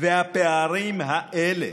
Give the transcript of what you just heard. והפערים האלה